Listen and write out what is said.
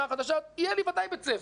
החדשה בראש העין יהיה לי ודאי בית ספר.